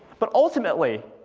but ultimately,